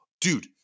dude